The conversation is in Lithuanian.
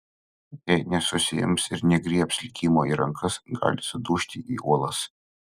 jei nesusiims ir negriebs likimo į rankas gali sudužti į uolas